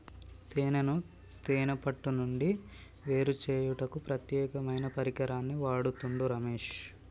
తేనెను తేనే పట్టు నుండి వేరుచేయుటకు ప్రత్యేకమైన పరికరాన్ని వాడుతుండు రమేష్